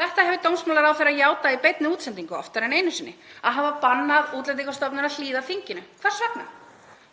Þetta hefur dómsmálaráðherra játað í beinni útsendingu oftar en einu sinni, að hafa bannað Útlendingastofnun að hlýða þinginu. Hvers vegna?